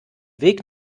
weg